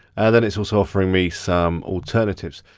then it's also offering me some alternatives.